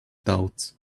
thoughts